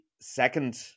second